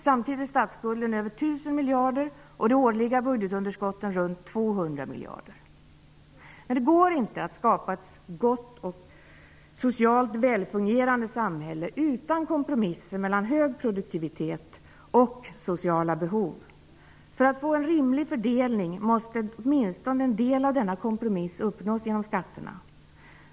Samtidigt är statsskulden över 1 000 miljarder och de årliga budgetunderskotten runt 200 miljarder. Det går inte att skapa ett gott och socialt välfungerande samhälle utan kompromisser mellan hög produktivitet och sociala behov. För att få en rimlig fördelning måste åtminstone en del av denna kompromiss uppnås genom skatterna.